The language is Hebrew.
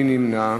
מי נמנע?